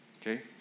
Okay